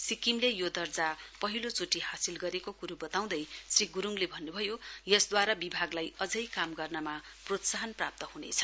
सिक्किमले यो दर्जा पहिलो चोटी हासिल गरेको कुरो बताउँदै श्री ग्रूङले भन्न्भयो यसद्वारा विभागलाई अझै काम गर्नमा प्रोत्साहन प्राप्त हनेछ